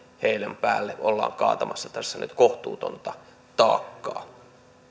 heidän päälleen ollaan nyt kaatamassa kohtuutonta taakkaa